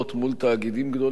מול תאגידים גדולים,